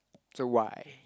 so why